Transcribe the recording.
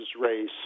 race